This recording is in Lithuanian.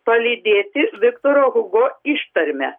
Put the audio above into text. palydėti viktoro hugo ištarme